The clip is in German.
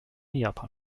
japan